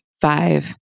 Five